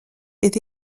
est